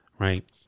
right